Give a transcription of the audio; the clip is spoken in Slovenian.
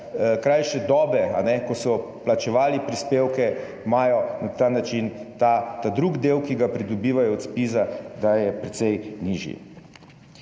krajše dobe, ko so plačevali prispevke, na ta način ta drugi del, ki ga pridobivajo od Zpiza, precej nižji.